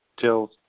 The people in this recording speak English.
till